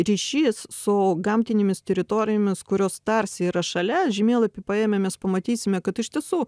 ryšys su gamtinėmis teritorijomis kurios tarsi yra šalia žemėlapį paėme mes pamatysime kad iš tiesų